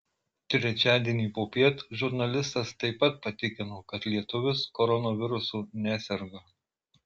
trečiadienį popiet žurnalistas taip pat patikino kad lietuvis koronavirusu neserga